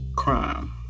Crime